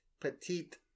petite